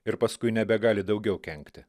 ir paskui nebegali daugiau kenkti